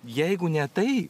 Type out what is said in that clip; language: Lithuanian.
jeigu ne tai